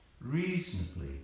reasonably